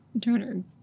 Turner